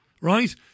right